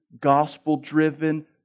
Gospel-driven